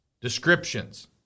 descriptions